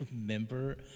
remember